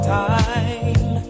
time